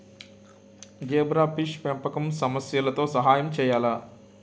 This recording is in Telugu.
జీబ్రాఫిష్ పెంపకం సమస్యలతో సహాయం చేయాలా?